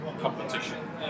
competition